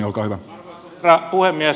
arvoisa herra puhemies